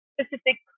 specific